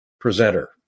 presenter